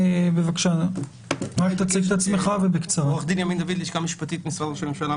אני עורך דין דוד ימין ממשרד ראש הממשלה,